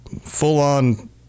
full-on